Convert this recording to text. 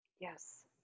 Yes